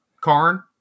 Karn